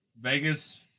Vegas